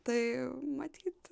tai matyt